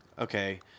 okay